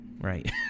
Right